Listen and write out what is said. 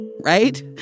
Right